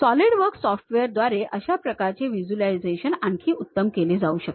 SolidWorks सॉफ्टवेअरद्वारे अशा प्रकारचे व्हिज्युअलायझेशन आणखी उत्तम केले जाऊ शकते